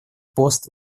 пост